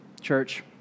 church